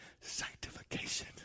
Sanctification